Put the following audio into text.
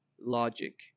logic